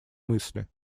мысли